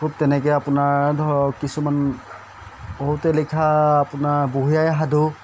খুব তেনেকৈ আপোনাৰ ধৰক কিছুমান বহুতে লিখা আপোনাৰ বুঢ়ি আইৰ সাধু